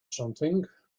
something